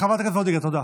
חברת הכנסת וולדיגר, תודה.